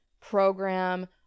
program